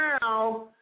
now